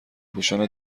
پوشان